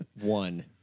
One